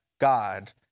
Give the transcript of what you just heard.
God